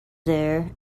there